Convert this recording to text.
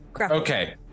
Okay